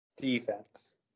Defense